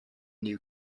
new